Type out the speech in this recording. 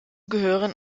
gehören